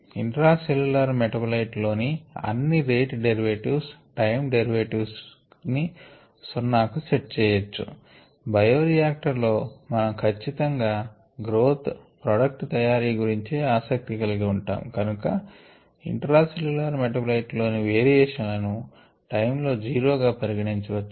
intra cellular metabolite లోని అన్ని rate derivatives time derivatives ని సున్న కు సెట్ చేయొచ్చు బయోరియాక్టర్ లో మనం ఖచ్చితంగా గ్రోత్ ప్రొడక్ట్ తయారీ గురించే ఆసక్తి కలిగే ఉంటాము కనుక ఇంట్రా సెల్ల్యులార్ మెటాబోలైట్ లోని వేరియేషన్ లను టైం లో జీరో గా పరిగణించవచ్చు